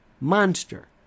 monster